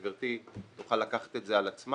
וגברתי תוכל לקחת את זה על עצמה,